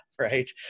right